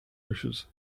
bushes